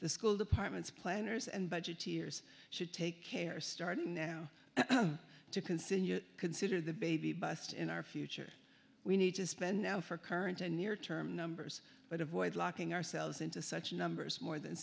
the school departments planners and budgeteers should take care starting now to consider consider the baby bust in our future we need to spend now for current and near term numbers but avoid locking ourselves into such numbers more than